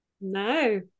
No